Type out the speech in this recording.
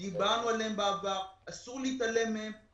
דיברנו עליהם בעבר, ואסור להתעלם מהם.